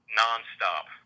nonstop